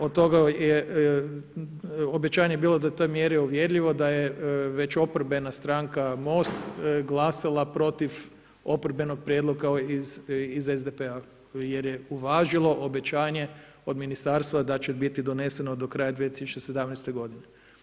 Od toga obećanje bilo do te mjere uvjerljivo da je već oporbena stranka MOST glasala protiv oporbenog prijedloga iz SDP-a jer je uvažilo obećanje od Ministarstva da će biti doneseno do kraja 2017. godine.